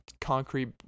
concrete